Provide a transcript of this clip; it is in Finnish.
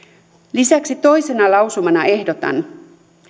lisäksi toisena lausumana ehdotan